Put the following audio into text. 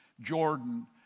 Jordan